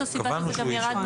קבענו שהוא איש שב"ס.